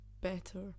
better